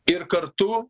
ir kartu